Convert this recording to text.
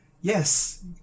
yes